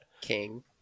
King